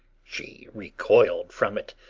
she recoiled from it,